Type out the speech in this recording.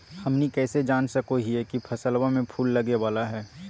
हमनी कइसे जान सको हीयइ की फसलबा में फूल लगे वाला हइ?